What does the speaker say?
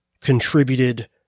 contributed